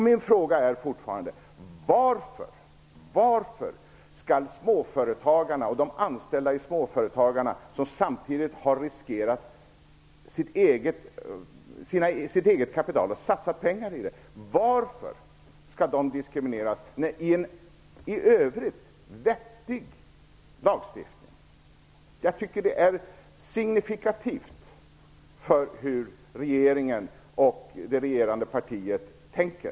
Min fråga är fortfarande: Varför skall småföretagare och i småföretag anställda som har satsat egna pengar i dessa företag diskrimineras i en i övrigt vettig lagstiftning? Jag tycker att det framlagda förslaget är signifikativt för hur regeringen och det regerande partiet tänker.